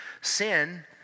Sin